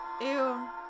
Ew